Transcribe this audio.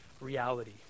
reality